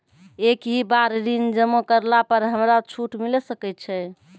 एक ही बार ऋण जमा करला पर हमरा छूट मिले सकय छै?